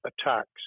attacks